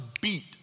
beat